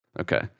Okay